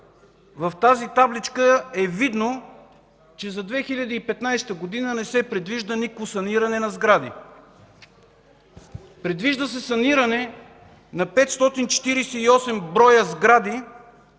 от табличката е видно, че за 2015 г. не се предвижда никакво саниране на сгради! Предвижда се саниране на 548 сгради.